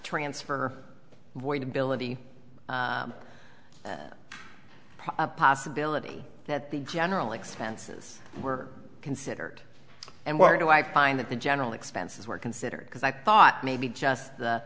transfer void ability of possibility that the generally expenses were considered and where do i find that the general expenses were considered because i thought maybe just the